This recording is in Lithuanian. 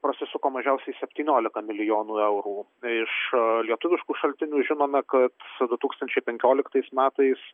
prasisuka mažiausiai septyniolika milijonų eurų iš lietuviškų šaltinių žinome kad su du tūkstančiai penkioliktais metais